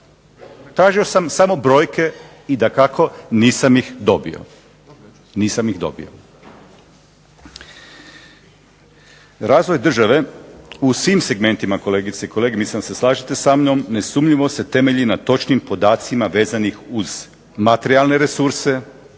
Tražio sam samo brojke i dakako nisam ih dobio. Razvoj države u svim segmentima kolegice i kolege, mislim da se slažete sa mnom, nesumnjivo se temelji na točnim podacima vezanih uz materijalne resurse,